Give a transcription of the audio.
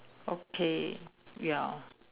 okay ya